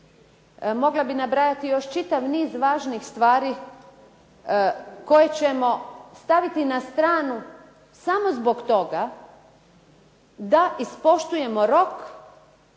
Mogla bi nabrajati još čitav niz važnih stvari koje ćemo staviti na stranu samo zbog toga da ispoštujemo rok